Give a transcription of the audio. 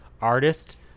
artist